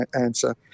answer